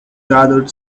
gathered